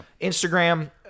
Instagram